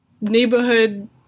neighborhood